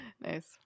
nice